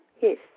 yes